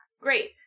great